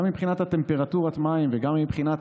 גם מבחינת טמפרטורת המים וגם מבחינת